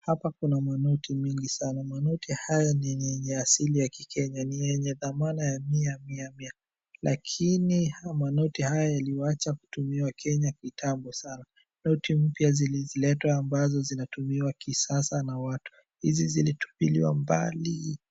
Hapa kuna manoti mingi sana. Manoti haya ni yenye ni ya asili ya ki Kenya. Ni yenye dhamana ya mia mia mia, lakini haya manoti haya yaliwacha kutumiwa Kenya kitambo sana. Noti mpya ziliziletwa ambazo zinatumiwa kisasa na watu. Hizi zilitupiliwa mbali.